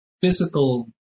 physical